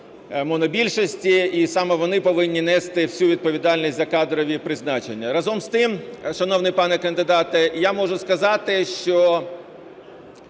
і саме вони повинні нести всю відповідальність за кадрові призначення. Разом з тим, шановний пане кандидате, я можу сказати, що